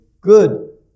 good